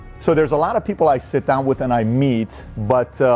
so there's a lot of people i sit down with and i meet but